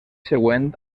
següent